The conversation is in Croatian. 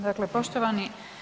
Dakle, poštovani.